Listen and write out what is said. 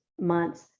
month's